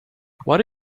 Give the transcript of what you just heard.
what